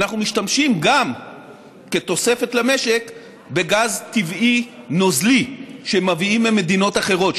אנחנו משתמשים כתוספת למשק גם בגז טבעי נוזלי שמביאים ממדינות אחרות,